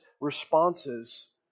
responses